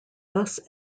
thus